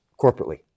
corporately